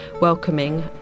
welcoming